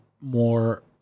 more